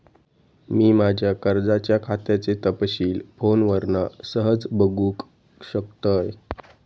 मी माज्या कर्जाच्या खात्याचे तपशील फोनवरना सहज बगुक शकतय